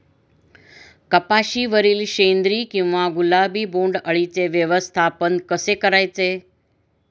कपाशिवरील शेंदरी किंवा गुलाबी बोंडअळीचे व्यवस्थापन कसे करायचे?